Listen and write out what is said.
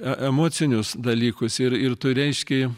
e emocinius dalykus ir ir tu reiški